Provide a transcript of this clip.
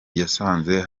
yasanze